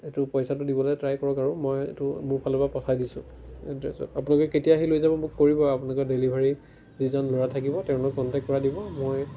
এইটো পইচাটো দিবলৈ ট্ৰাই কৰক আৰু মই এইটো মোৰ ফালৰ পৰা পঠাই দিছোঁ এড্ৰেছত আপোনালোকে কেতিয়া আহি লৈ যাব মোক কৰিব আপোনালোকে ডেলিভাৰী যিজন ল'ৰা থাকিব তেওঁৰ লগত কণ্টেক্ট কৰাই দিব মই